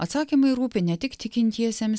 atsakymai rūpi ne tik tikintiesiems